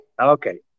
okay